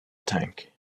tank